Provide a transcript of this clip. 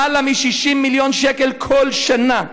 למעלה מ-60 מיליון שקל כל שנה.